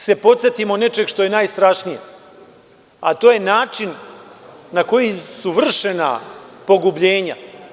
Moramo da se podsetimo nečega što je najstrašnije, a to je način na koji su vršena pogubljenja.